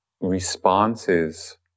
Responses